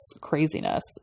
craziness